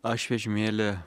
aš vežimėly